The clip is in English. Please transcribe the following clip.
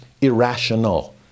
irrational